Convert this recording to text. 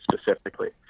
specifically